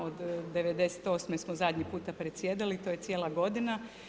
Od '98. smo zadnji put predsjedali, to je cijela godina.